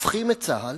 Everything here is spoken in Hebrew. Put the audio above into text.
הופכים את צה"ל